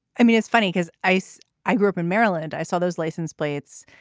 i mean it's funny because ice i grew up in maryland i saw those license plates.